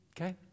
okay